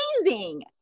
amazing